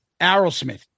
Aerosmith